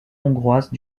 hongroise